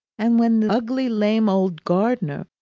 and when the ugly lame old gardener,